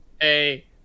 Hey